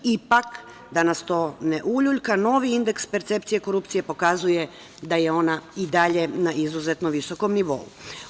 Ipak, da nas to ne uljuljka, novi indeks percepcije korupcije pokazuje da je ona i dalje na izuzetno visokom nivou.